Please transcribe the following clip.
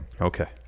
okay